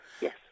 Yes